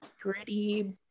gritty